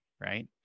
right